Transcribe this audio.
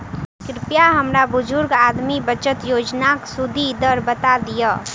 कृपया हमरा बुजुर्ग आदमी बचत योजनाक सुदि दर बता दियऽ